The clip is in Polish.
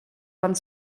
pan